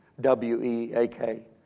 w-e-a-k